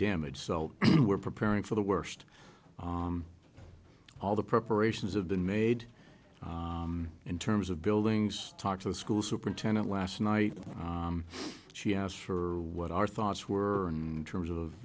damage so we're preparing for the worst of all the preparations have been made in terms of buildings talk to the school superintendent last night she asked for what our thoughts were and terms of